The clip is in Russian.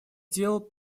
дел